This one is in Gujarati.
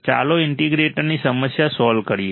ચાલો ઇન્ટિગ્રેટરની સમસ્યા સોલ્વ કરીએ